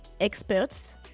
experts